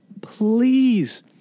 please